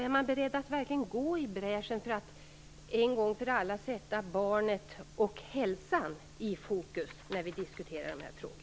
Är man beredd att verkligen gå i bräschen för att en gång för alla sätta barnet och hälsan i fokus när vi diskuterar dessa frågor?